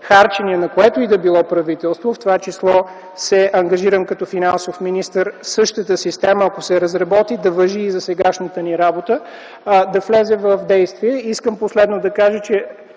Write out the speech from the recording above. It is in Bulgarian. харчения на което и да било правителство, в това число като финансов министър се ангажирам същата система, ако се разработи, да важи и за сегашната ни работа, да влезе в действие. Искам последно да кажа, че